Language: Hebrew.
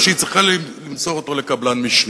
או שהיא צריכה למסור אותו לקבלן משנה?